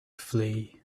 flee